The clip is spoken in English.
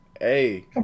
Hey